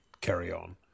carry-on